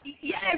Yes